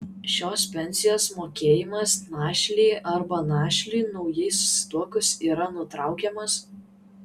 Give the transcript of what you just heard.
šios pensijos mokėjimas našlei arba našliui naujai susituokus yra nutraukiamas